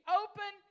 open